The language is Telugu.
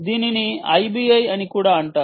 దీనిని ఐబిఐ అని కూడా అంటారు